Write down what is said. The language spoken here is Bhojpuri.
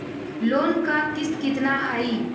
लोन क किस्त कितना आई?